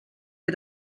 wir